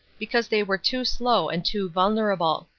because they were too slow and too vulnerable.